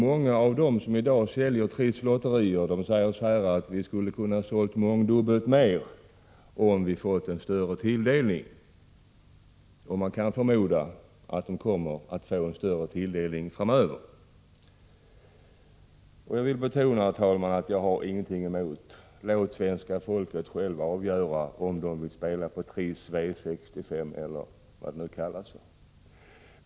Många av dem som säljer Trisslotter säger att de skulle kunna sälja mångdubbelt mer om de finge en större tilldelning. Man kan förmoda att de kommer att få en större tilldelning framöver! Herr talman! Jag vill betona att jag inte har något emot att svenska folket självt får avgöra om man vill spela på Triss, V 65 eller vad det nu kan kallas.